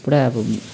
पुरै अब